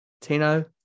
Tino